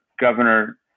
governor